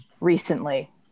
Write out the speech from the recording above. recently